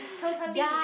totally